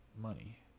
money